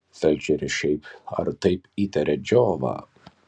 felčeris šiaip ar taip įtaria džiovą